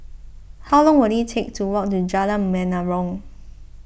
how long will it take to walk to Jalan Menarong